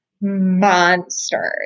monsters